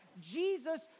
Jesus